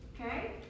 okay